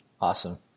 Awesome